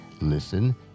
listen